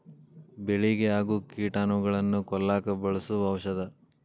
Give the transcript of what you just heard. ಬೆಳಿಗೆ ಆಗು ಕೇಟಾನುಗಳನ್ನ ಕೊಲ್ಲಾಕ ಬಳಸು ಔಷದ